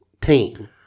team